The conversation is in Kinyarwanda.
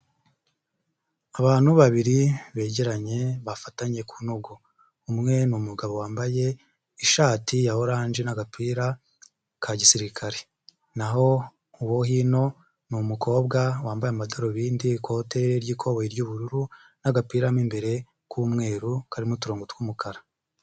Abantu babiri begeranye bafatanye ku ntugu, umwe ni umugabo wambaye ishati ya oranje n'agapira ka gisirikare n'aho uwo hino ni umukobwa wambaye amadarubindi, ikote ry'ikoboyi ry'ubururu, n'agapira mo imbere k'umweru karimo uturongo tw'umukara.